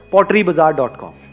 PotteryBazaar.com